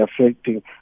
affecting